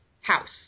house